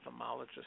ophthalmologist